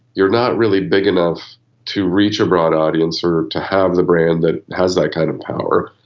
you're not really big enough to reach a broad audience or to have the brand that has that kind of power,